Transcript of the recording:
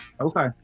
Okay